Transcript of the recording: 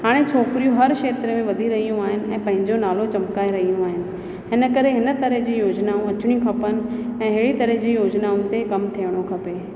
हाणे छोकिरियूं हर खेत्र में वधी रहियूं आहिनि ऐं पंहिंजो नालो चमिकाए रहियूं आहिनि इन करे हिन तरह जी योजनाऊं अचिणियूं खपनि ऐं अहिड़ी तरह जी योजनाऊं ते कमु थियणो खपे